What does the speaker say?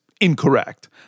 incorrect